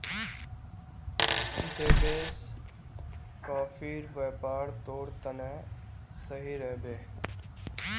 देवेश, कॉफीर व्यापार तोर तने सही रह बे